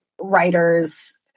writers